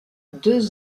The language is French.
deux